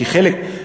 כי חלק,